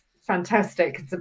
fantastic